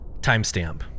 Timestamp